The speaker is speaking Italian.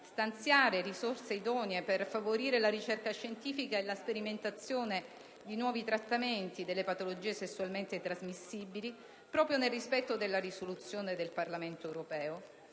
stanziare risorse idonee per favorire la ricerca scientifica e la sperimentazione di nuovi trattamenti delle patologie sessualmente trasmissibili, proprio nel rispetto della risoluzione del Parlamento europeo;